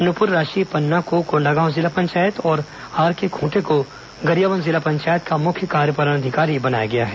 नुप्रर राशि पन्ना को कोंडागांव जिला पंचायत और आरके ख्रंटे को गरियाबंद जिला पंचायत का मुख्य कार्यपालन अधिकारी बनाया गया है